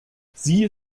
sie